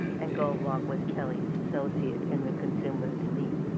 and goldmark was kelly's associate in the consumers league.